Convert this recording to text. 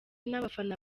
n’abafana